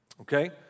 Okay